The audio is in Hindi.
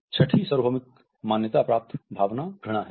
छठी सार्वभौमिक मान्यता प्राप्त भावना घृणा है